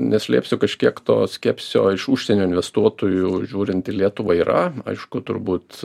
neslėpsiu kažkiek to skepsio iš užsienio investuotojų žiūrint į lietuvą yra aišku turbūt